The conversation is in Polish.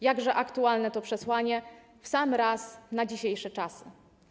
Jakże aktualne to przesłanie, w sam raz na dzisiejsze czasy.